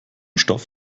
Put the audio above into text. stoff